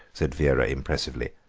said vera impressively,